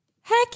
Heck